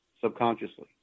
subconsciously